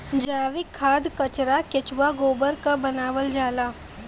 जैविक खाद कचरा केचुआ गोबर क बनावल जाला